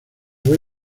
voy